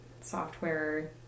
software